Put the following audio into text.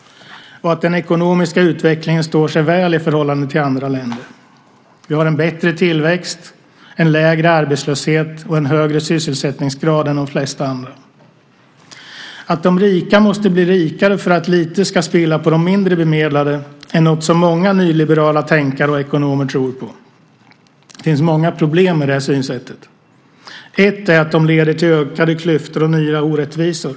Den ekonomiska utvecklingen står sig väl i förhållande till andra länder. Vi har en bättre tillväxt, en lägre arbetslöshet och en högre sysselsättningsgrad än de flesta andra. Att de rika måste bli rikare för att lite ska spilla över på de mindre bemedlade är något som många nyliberala tänkare och ekonomer tror på. Det finns många problem med det synsättet. Ett är att de leder till ökade klyftor och nya orättvisor.